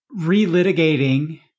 relitigating